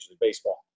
Baseball